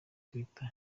twitter